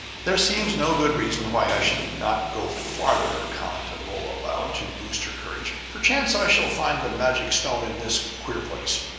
there seems no good reason why i should not go farther, commented rolla aloud, to boost her courage. perchance i shall find the magic stone in this queer place.